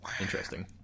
Interesting